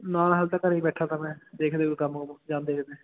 ਨਾ ਹਾਲੇ ਤਾਂ ਘਰ ਹੀ ਬੈਠਾ ਤਾ ਮੈਂ ਦੇਖਦੇ ਕੋਈ ਕੰਮ ਕੁੰਮ ਜਾਂਦੇ ਕਿਤੇ